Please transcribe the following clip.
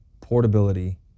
portability